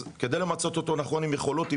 כדי למצות אותו נכון עם יכולות,